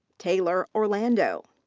taylor orlando.